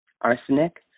arsenic